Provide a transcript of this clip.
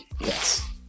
yes